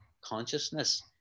consciousness